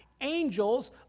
Angels